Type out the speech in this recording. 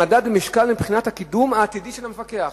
למדד משקל מבחינת הקידום העתידי של המפקח.